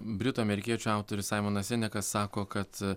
britų amerikiečių autorius saimonas sinekas sako kad